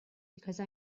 because